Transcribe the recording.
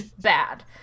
bad